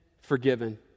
forgiven